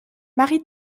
marie